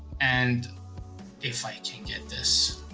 and if i can get this